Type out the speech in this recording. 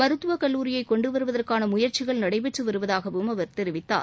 மருத்துவக்கல்லூரியை கொண்டுவருவதற்கான முயற்சிகள் நடைபெற்று வருவதாகவும் அவர் தெரிவித்தார்